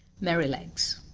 merrylegs